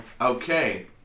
Okay